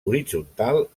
horitzontal